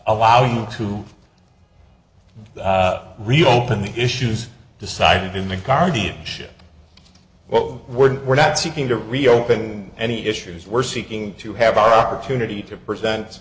allow them to reopen the issues decided in the guardianship oh we're not seeking to reopen any issues we're seeking to have our opportunity to present